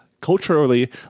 Culturally